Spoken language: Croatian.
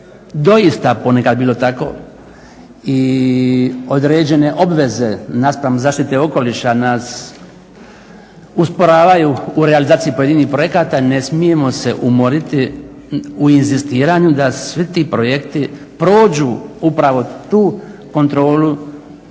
doista ponekad bilo tako i određene obveze naspram zaštite okoliše nas usporavaju u realizaciji pojedinih projekata ne smijemo se umoriti u inzistiranju da svi ti projekti prođu upravo tu kontrolu